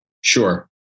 Sure